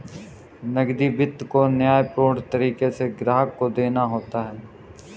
नकदी वित्त को न्यायपूर्ण तरीके से ग्राहक को देना होता है